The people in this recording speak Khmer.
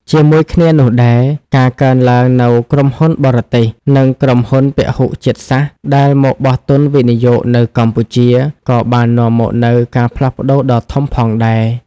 ជាមួយគ្នានោះដែរ ការកើនឡើងនូវក្រុមហ៊ុនបរទេស និងក្រុមហ៊ុនពហុជាតិសាសន៍ ដែលមកបោះទុនវិនិយោគនៅកម្ពុជា ក៏បាននាំមកនូវការផ្លាស់ប្ដូរដ៏ធំផងដែរ។